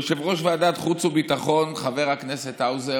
יושב-ראש ועדת החוץ והביטחון, חבר הכנסת האוזר,